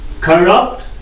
corrupt